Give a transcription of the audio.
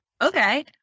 okay